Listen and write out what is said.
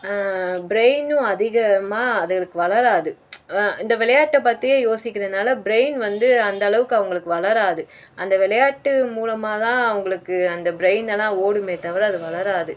ப்ரைனும் அதிகமாக அதுங்களுக்கு வளராது இந்த விளையாட்டை பற்றியே யோசிக்கிறனால ப்ரைன் வந்து அந்த அளவுக்கு அவங்களுக்கு வளராது அந்த விளையாட்டு மூலமாக தான் அவங்களுக்கு அந்த ப்ரைனெல்லாம் ஓடுமே தவிர அது வளராது